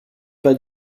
pas